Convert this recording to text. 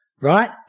right